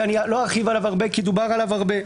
שאני לא ארחיב עליו כי דובר עליו הרבה.